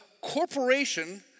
corporation